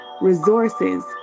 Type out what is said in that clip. resources